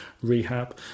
rehab